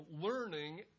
learning